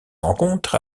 rencontre